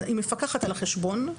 היא מפקחת על החשבון,